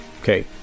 Okay